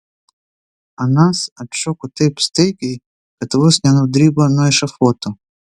anas atšoko taip staigiai kad vos nenudribo nuo ešafoto